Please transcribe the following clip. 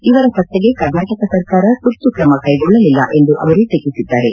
ಇವರ ಪತ್ತೆಗೆ ಕರ್ನಾಟಕ ಸರ್ಕಾರ ತುರ್ತು ಕ್ರಮ ಕೈಗೊಳ್ಳಲಿಲ್ಲ ಎಂದು ಅವರು ಟೀಟಿಸಿದ್ದಾರೆ